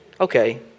Okay